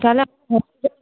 তাহলে